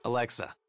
Alexa